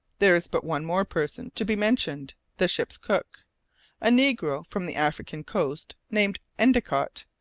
there is but one more person to be mentioned the ship's cook a negro from the african coast named endicott,